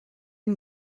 une